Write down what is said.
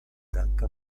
danka